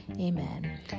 amen